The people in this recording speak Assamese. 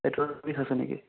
পেটৰ বিষ আছে নেকি